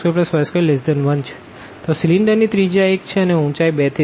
તો સીલીન્ડર ની રેડીઅસ 1 છે અને ઉંચાઈ 2 થી 3